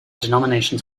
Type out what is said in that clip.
denominations